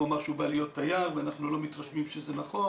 הוא אמר שהוא בא להיות תייר ואנחנו לא מתרשמים שזה נכון,